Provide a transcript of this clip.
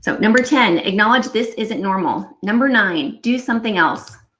so number ten, acknowledge this isn't normal. number nine do something else.